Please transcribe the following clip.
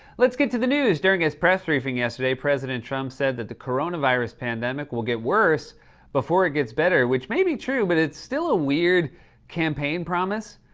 let's get to the news. during his press briefing yesterday, president trump said that the coronavirus pandemic will get worse before it gets better, which may be true, but it's still a weird campaign promise.